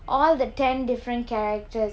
all the ten different characters